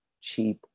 cheap